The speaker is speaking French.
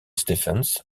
stephens